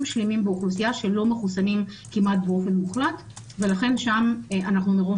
שלמים באוכלוסייה שלא מחוסנים כמעט באופן מוחלט ולכן שם אנחנו מראש